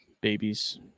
babies